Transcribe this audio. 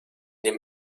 dem